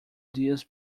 diaz